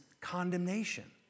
condemnation